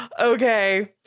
Okay